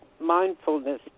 Mindfulness